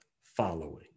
following